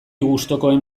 gustukoen